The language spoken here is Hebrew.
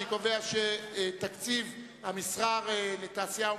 סעיף 36, משרד התעשייה,